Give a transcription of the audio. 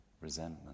resentment